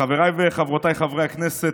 חבריי וחברותיי חברי הכנסת,